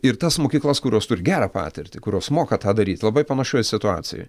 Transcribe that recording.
ir tas mokyklas kurios turi gerą patirtį kurios moka tą daryt labai panašioj situacijoj